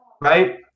Right